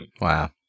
Wow